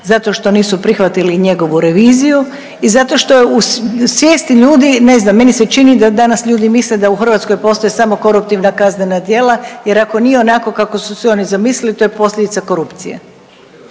zato što nisu prihvatili njegovu reviziju i zato što je u svijesti ljudi, ne znam meni čini da danas ljudi misle da u Hrvatskoj postoje samo koruptivna kaznena djela jer ako nije onako kako su oni zamislili to je posljedica korupcije.